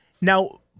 Now